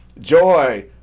Joy